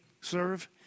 serve